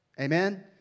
Amen